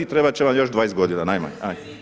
Trebat će vam još 20 godina najmanje.